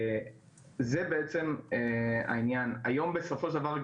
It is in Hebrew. זה בעצם העניין היום בסופו של דבר.